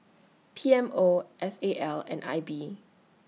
P M O S A L and I B